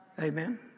Amen